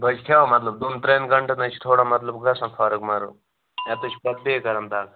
بہٕ حظ چھُس کھیٚوان مَطلَب دۅن ترٛٮ۪ن گَنٛٹَن حظ چھِ تھوڑا مَطلب گَژھان فرق مگر یَپٲرۍ چھِ پتہٕ بیٚیہِ کَران دَگ